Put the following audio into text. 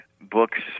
books